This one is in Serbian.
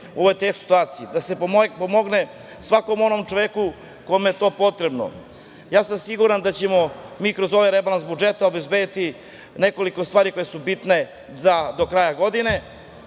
ovoj teškoj situaciji, da se pomogne svakom onom čoveku kome je to potrebno. Siguran sam da ćemo kroz ovaj rebalans budžeta obezbediti nekoliko stvari koje su bitne do kraja godine.